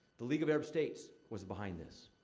the league of arab states was behind this.